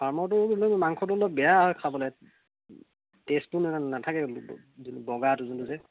ফাৰ্মটো বোলো মাংসটো অলপ বেয়া হয় খাবলৈ টেষ্টো ইমান নাথাকে বগাটো যোনটো যে